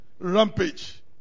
rampage